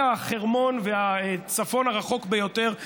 מהחרמון והצפון הרחוק ביותר,